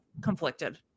conflicted